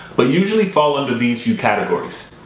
but usually fall under these few categories.